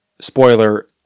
Spoiler